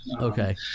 okay